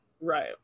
Right